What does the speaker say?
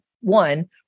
One